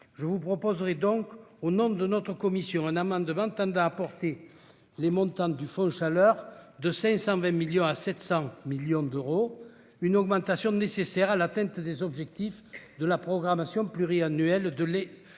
Je vous proposerai donc, au nom de notre commission, un amendement tendant à porter le montant du fonds Chaleur de 520 milliers d'euros à 700 millions d'euros, ce qui est nécessaire pour atteindre les objectifs de la programmation pluriannuelle de